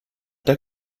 der